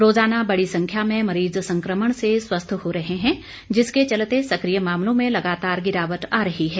रोज़ाना बड़ी संख्या में मरीज़ संकमण से स्वस्थ हो रहे हैं जिसके चलते सकिय मामलों में लगातार गिरावट आ रही है